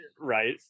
Right